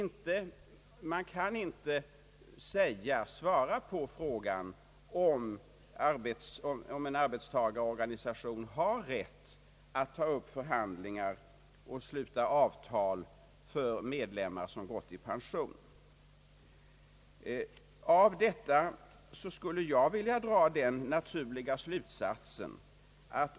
Man kan inte svara på frågan, om en arbetstagarorganisation har rätt att ta upp förhandlingar och sluta avtal för medlemmar som gått i pension.